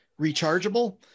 rechargeable